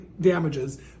damages